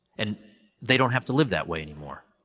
and they don't have to live that way anymore,